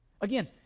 Again